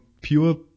pure